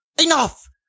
enough